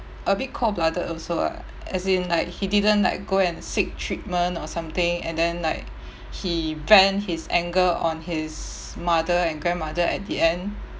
a bit cold blooded also lah as in like he didn't like go and seek treatment or something and then like he vent his anger on his mother and grandmother at the end